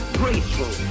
graceful